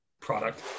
product